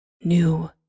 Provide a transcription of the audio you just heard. new